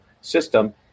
system